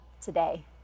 today